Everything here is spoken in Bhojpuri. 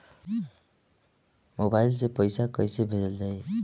मोबाइल से पैसा कैसे भेजल जाइ?